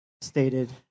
stated